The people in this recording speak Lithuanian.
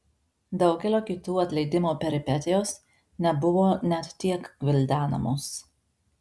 daugelio kitų atleidimo peripetijos nebuvo net tiek gvildenamos